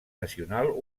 nacional